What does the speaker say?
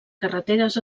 carreteres